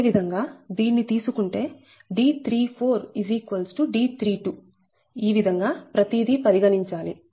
అదే విధంగా గా దీన్ని తీసుకుంటే D34 D32 ఈ విధంగా ప్రతిదీ పరిగణించాలి